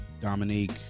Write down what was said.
Dominique